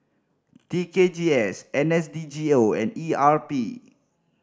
T K G S N S D G O and E R P